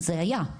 זה היה.